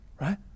Right